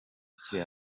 kiri